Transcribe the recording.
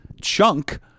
chunk